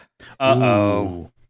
Uh-oh